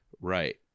Right